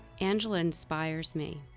angela inspires me.